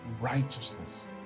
righteousness